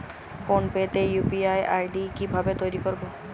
Phone pay তে UPI ID কি ভাবে তৈরি করবো?